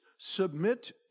Submit